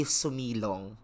sumilong